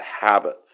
habits